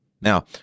Now